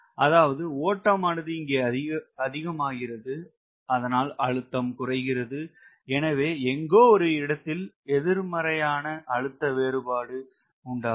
அதாவது ஓட்டமானது இங்கே அதிகமாகிறது அதனால் அழுத்தம் குறைகிறது எனவே எங்கோ ஒரு இடத்தில எதிர்மரயான அழுத்த வேறுபாடு உண்டாகும்